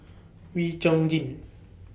Wee Chong Jin